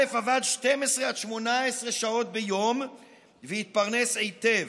א' עבד 12 עד 18 שעות ביום והתפרנס היטב.